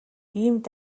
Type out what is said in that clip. иймд